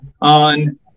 on